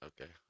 Okay